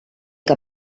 que